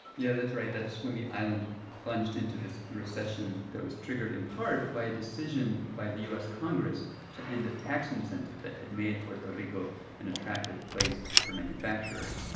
yeah, that's right. that's when the island plunged into this recession that was triggered in part by a decision by the u s. congress to end a tax incentive that had made puerto rico an attractive place for manufacturers.